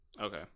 Okay